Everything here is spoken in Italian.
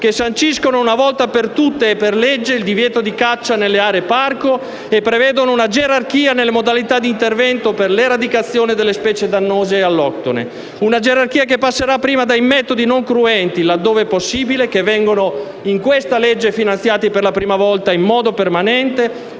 che sanciscono una volta per tutte e per le legge il divieto di caccia nelle aree parco, e prevedendo una gerarchia nelle modalità di intervento per l'eradicazione delle specie dannose e alloctone. Una gerarchia che passerà prima dai metodi non cruenti, laddove possibile (metodi che con questa legge vengono finanziati per la prima volta in modo permanente),